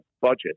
budget